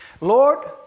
Lord